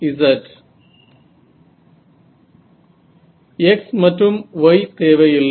X மற்றும் y தேவை இல்லை